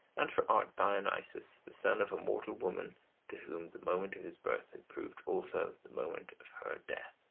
and for art, dionysus, the son of a mortal woman to whom the moment of his birth had proved also the moment of her death.